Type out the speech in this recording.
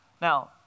Now